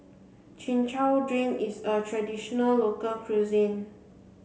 chin chow drink is a traditional local cuisine